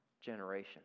generation